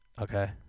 okay